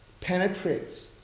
penetrates